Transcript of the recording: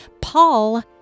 Paul